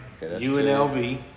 UNLV